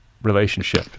relationship